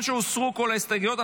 שהוסרו כל ההסתייגויות,